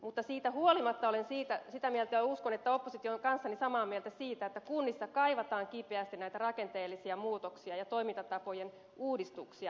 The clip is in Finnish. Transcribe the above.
mutta siitä huolimatta olen sitä mieltä ja uskon että oppositio on kanssani samaa mieltä siitä että kunnissa kaivataan kipeästi näitä rakenteellisia muutoksia ja toimintatapojen uudistuksia